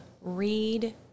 read